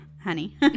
honey